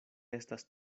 estas